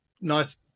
Nice